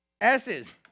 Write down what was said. S's